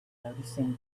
noticing